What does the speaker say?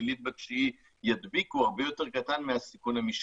שלילית בתשיעי ידביקו הרבה יותר קטן מהסיכון המשקי.